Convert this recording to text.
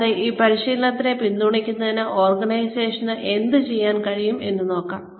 കൂടാതെ ഈ പരിശീലനത്തെ പിന്തുണയ്ക്കുന്നതിന് ഓർഗനൈസേഷന് എന്ത് ചെയ്യാൻ കഴിയും എന്നതും